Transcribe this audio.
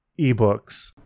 eBooks